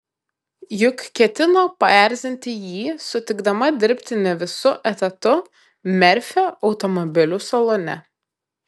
juk ketino paerzinti jį sutikdama dirbti ne visu etatu merfio automobilių salone